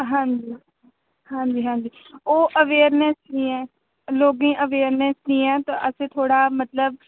हां जी हां जी हां जी ओह् अवेयरनेस नि ऐ लोगें अवेयरनेस नि ऐ ते असें थोह्ड़ा मतलब